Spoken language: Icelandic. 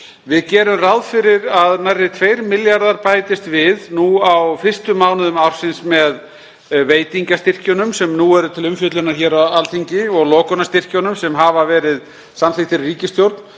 Við gerum ráð fyrir að nærri 2 milljarðar kr. bætist við nú á fyrstu mánuðum ársins með veitingastyrkjunum, sem eru til umfjöllunar hér á Alþingi, og lokunarstyrkjum sem hafa verið samþykktir í ríkisstjórn.